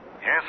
Yes